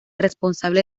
responsable